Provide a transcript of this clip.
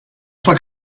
sua